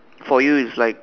for you is like